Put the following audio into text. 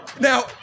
now